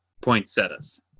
poinsettias